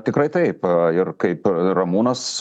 tikrai taip ir kaip ramūnas